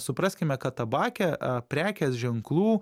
supraskime kad tabake prekės ženklų